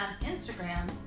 Instagram